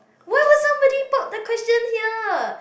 why would somebody pop the question here